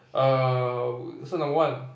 err so number one